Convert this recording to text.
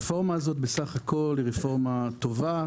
הרפורמה הזו היא בסך הכול רפורמה טובה,